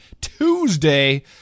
Tuesday